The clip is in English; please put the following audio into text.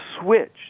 switch